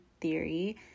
theory